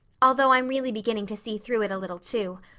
although i'm really beginning to see through it a little, too.